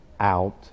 out